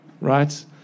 right